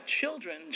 children